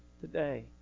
today